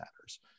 matters